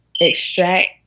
extract